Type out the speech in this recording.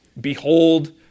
Behold